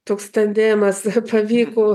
toks tandemas pavyko